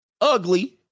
ugly